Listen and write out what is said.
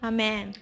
Amen